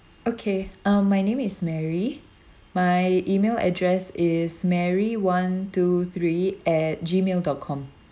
okay um my name is mary my email address is mary one two three at gmail dot com